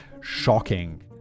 Shocking